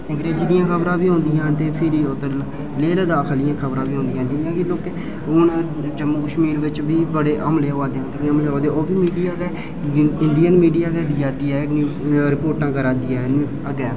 अंग्रेज़ी दियां बी खबरां औंदियां न ते फिरी ओह्दे लेह लद्दाख आह्लियां बी खबरां बी औंदियां जि'यां कि हून लोकें जम्मू कश्मीर बिच बी बड़े हमले होआ दे उं'दियां ओह् बी मीडिया गै इंडियन मीडिया गै देआ दी ऐ न्यूज़ रपोटां करा दी ऐ अग्गें